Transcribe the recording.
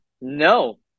No